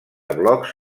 blocs